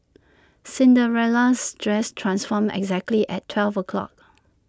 Cinderella's dress transformed exactly at twelve o'clock